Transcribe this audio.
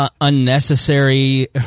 unnecessary –